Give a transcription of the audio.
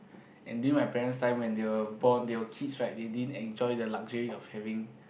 and during my parents time when they were born they were kids right they didn't enjoy the luxury of having